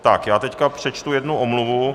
Tak já teď přečtu jednu omluvu.